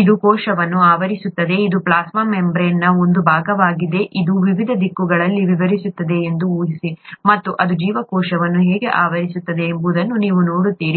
ಇದು ಕೋಶವನ್ನು ಆವರಿಸುತ್ತದೆ ಇದು ಪ್ಲಾಸ್ಮಾ ಮೆಂಬರೇನ್ನ ಒಂದು ಭಾಗವಾಗಿದೆ ಇದು ವಿವಿಧ ದಿಕ್ಕುಗಳಲ್ಲಿ ವಿಸ್ತರಿಸುತ್ತಿದೆ ಎಂದು ಊಹಿಸಿ ಮತ್ತು ಅದು ಜೀವಕೋಶವನ್ನು ಹೇಗೆ ಆವರಿಸುತ್ತದೆ ಎಂಬುದನ್ನು ನೀವು ನೋಡುತ್ತೀರಿ